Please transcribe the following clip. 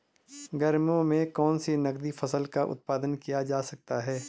गर्मियों में कौन सी नगदी फसल का उत्पादन किया जा सकता है?